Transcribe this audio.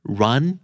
run